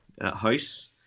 house